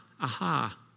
aha